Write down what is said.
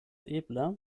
ebla